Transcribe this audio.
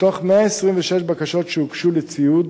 מתוך 126 בקשות שהוגשו לציוד